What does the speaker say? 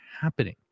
happening